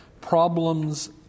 problems